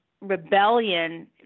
rebellion